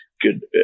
good